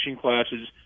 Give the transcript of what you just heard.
classes